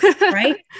right